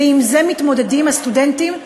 ועם זה מתמודדים הסטודנטים בארצות-הברית.